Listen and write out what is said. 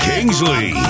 Kingsley